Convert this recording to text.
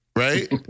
Right